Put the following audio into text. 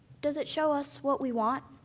does it show us what we want,